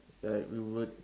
like we would